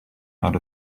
out